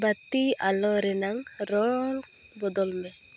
ᱵᱟᱹᱛᱤ ᱟᱞᱚ ᱨᱮᱱᱟᱝ ᱨᱚᱝ ᱵᱚᱫᱚᱞ ᱢᱮ